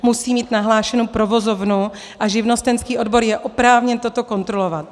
Musí mít nahlášenu provozovnu a živnostenský odbor je oprávněn toto kontrolovat.